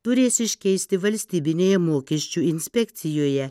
turės iškeisti valstybinėje mokesčių inspekcijoje